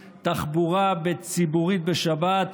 תחבורה ציבורית בשבת,